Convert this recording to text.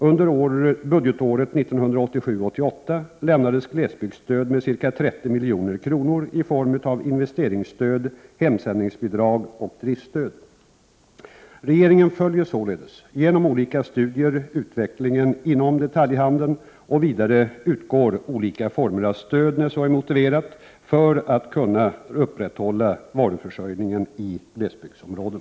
Under budgetåret 1987/88 lämnades glesbygdsstöd med ca 30 milj.kr. i form av investeringsstöd, hemsändningsbidrag och driftstöd. Regeringen följer således, genom olika studier, utvecklingen inom detaljhandeln. Vidare utgår olika former av stöd, när så är motiverat, för att kunna upprätthålla varuförsörjningen i glesbygdsområden.